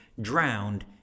Drowned